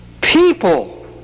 People